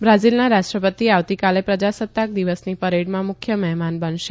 બ્રાઝીલના રાષ્ટ્રપતિ આવતીકાલે પ્રજાસત્તાક દિવસની પરેડમાં મુખ્ય મહેમાન બનશે